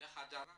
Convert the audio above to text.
להדרה